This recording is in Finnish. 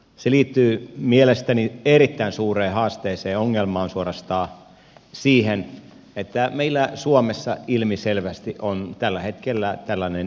se liittyy mielestäni erittäin suureen haasteeseen ongelmaan suorastaan siihen että meillä suomessa ilmiselvästi on tällä hetkellä tällainen innovaatiovuoto